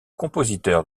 compositeur